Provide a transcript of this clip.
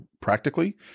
practically